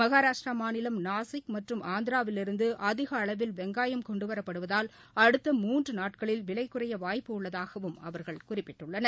மகாராஷ்டிரா மாநிலம் நாசிக் மற்றும் ஆந்திராவிலிருந்து அதிக அளவில் வெங்காயம் கொண்டுவரப்படுவதால் அடுத்த மூன்று நாட்களில் விலை குறைய வாய்ப்பு உள்ளதாகவும் அவர்கள் குறிப்பிட்டனர்